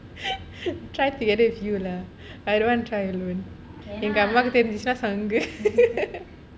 வீட்டுக்கு தெரிஞ்ச சங்கு:veetukku therinja sangu